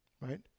Right